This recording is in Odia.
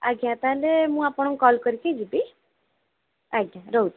ଆଜ୍ଞା ତା'ହେଲେ ମୁଁ ଆପଣଙ୍କୁ କଲ୍ କରିକି ଯିବି ଆଜ୍ଞା ରହୁଛି